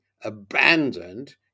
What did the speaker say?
abandoned